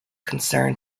concern